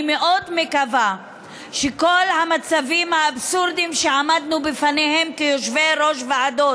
אני מאוד מקווה שכל המצבים האבסורדיים שעמדנו בפניהם כיושבי-ראש ועדות,